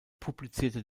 publizierte